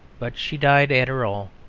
but she died arter all.